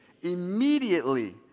immediately